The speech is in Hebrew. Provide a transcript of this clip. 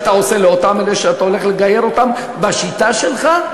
עושה לאותם אלה שאתה הולך לגייר בשיטה שלך?